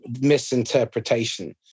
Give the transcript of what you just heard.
misinterpretation